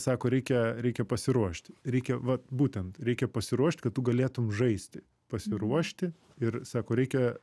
sako reikia reikia pasiruošti reikia vat būtent reikia pasiruošt kad tu galėtum žaisti pasiruošti ir sako reikia